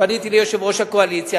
פניתי ליושב-ראש הקואליציה,